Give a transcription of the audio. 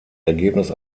ergebnis